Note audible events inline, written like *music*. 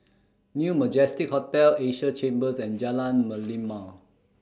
New Majestic Hotel Asia Chambers and Jalan *noise* Merlimau